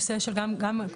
נציג.